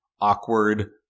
awkward